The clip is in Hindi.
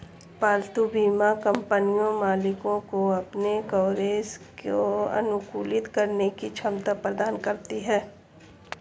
पालतू बीमा कंपनियां मालिकों को अपने कवरेज को अनुकूलित करने की क्षमता प्रदान करती हैं